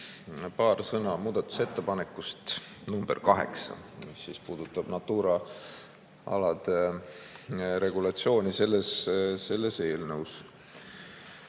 Paar sõna muudatusettepanekust nr 8, mis puudutab Natura alade regulatsiooni selles eelnõus.